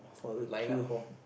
line up for